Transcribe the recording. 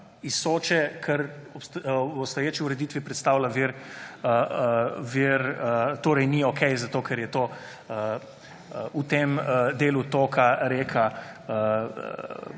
iz Soče, kar v obstoječi ureditvi predstavlja vir, torej ni okej, zato ker je v tem delu toka reka